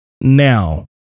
now